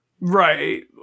Right